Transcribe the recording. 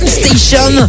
station